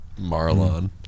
Marlon